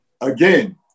Again